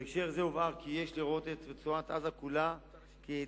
בהקשר זה הובהר כי יש לראות את רצועת-עזה כולה כיחידה